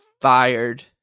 fired